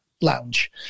Lounge